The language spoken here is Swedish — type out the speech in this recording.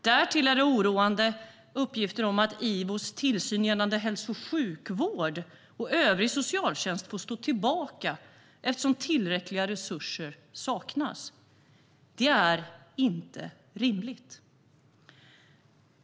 Därtill kom det oroande uppgifter om att Ivos tillsyn gällande hälso och sjukvård och övrig socialtjänst får stå tillbaka eftersom tillräckliga resurser saknas. Det är inte rimligt.